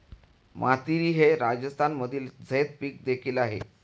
मातीरी हे राजस्थानमधील झैद पीक देखील आहे